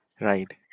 Right